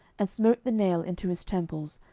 and smote the nail into his temples,